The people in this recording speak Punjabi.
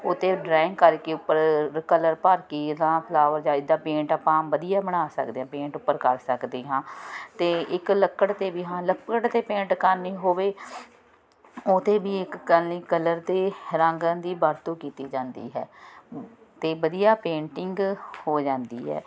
ਉਹ ਤਾਂ ਡਰੈਂਗ ਕਰਕੇ ਉੱਪਰ ਕਲਰ ਭਰ ਕੇ ਜਿੱਦਾਂ ਫਲਾਵਰ ਜਿੱਦਾਂ ਪੇਂਟ ਆਪਾਂ ਵਧੀਆ ਬਣਾ ਸਕਦੇ ਹਾਂ ਪੇਂਟ ਉੱਪਰ ਕਰ ਸਕਦੇ ਹਾਂ ਅਤੇ ਇੱਕ ਲੱਕੜ 'ਤੇ ਵੀ ਹਾਂ ਲੱਕੜ 'ਤੇ ਪੇਂਟ ਕਰਨੀ ਹੋਵੇ ਉਹਦੇ ਵੀ ਇੱਕ ਗੱਲ 'ਤੇ ਰੰਗਾਂ ਦੀ ਵਰਤੋਂ ਕੀਤੀ ਜਾਂਦੀ ਹੈ ਅਤੇ ਵਧੀਆ ਪੇਂਟਿੰਗ ਹੋ ਜਾਂਦੀ ਹੈ